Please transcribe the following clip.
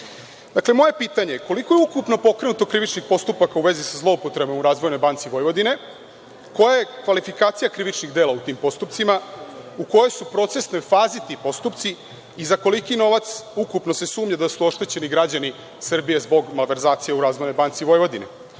moje pitanje je – koliko je ukupno pokrenuto krivičnih postupaka u vezi sa zloupotrebom u Razvojnoj banci Vojvodine? Koja je kvalifikacija krivičnih dela u tim postupcima? U kojoj su procesnoj fazi ti postupci? Za koliki novac ukupno se sumnja da su oštećeni građani Srbije zbog malverzacije u Razvojnoj banci Vojvodine? Moje